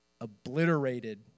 obliterated